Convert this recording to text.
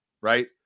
right